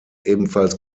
ebenfalls